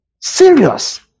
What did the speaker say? Serious